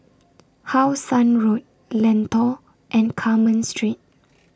How Sun Road Lentor and Carmen Street